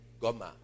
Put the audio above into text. Goma